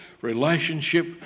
relationship